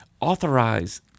authorize